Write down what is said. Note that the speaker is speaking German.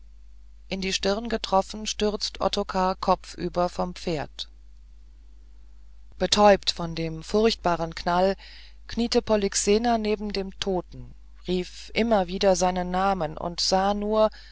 in die stirn getroffen stürzt ottokar kopfüber vom pferd betäubt von dem furchtbaren knall kniete polyxena neben dem toten rief immer wieder seinen namen und sah nur